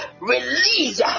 release